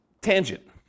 tangent